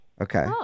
Okay